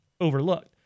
overlooked